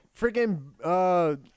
Freaking